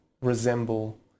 resemble